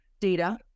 data